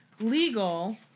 legal